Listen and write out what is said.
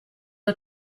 are